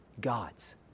gods